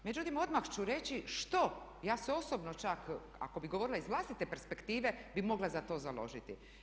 Međutim odmah ću reći što, ja se osobno čak ako bi govorila iz vlastite perspektive bi mogla za to založiti.